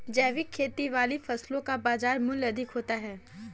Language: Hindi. जैविक खेती वाली फसलों का बाजार मूल्य अधिक होता है